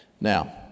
Now